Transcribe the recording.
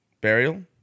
Burial